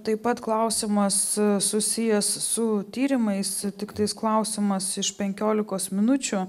taip pat klausimas susijęs su tyrimais tiktais klausimas iš penkiolikos minučių